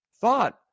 thought